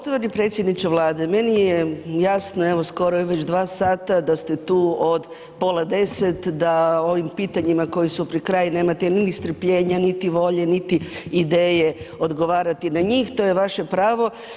Poštovani predsjedniče Vlade, meni je jasno, evo skoro je već 2 sata da ste tu od pola 10, da ovim pitanjima koji su pri kraju nemate ni strpljenja niti volje niti ideje odgovarati na njih, to je vaše pravo.